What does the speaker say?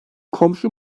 komşu